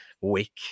week